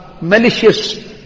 malicious